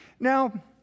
Now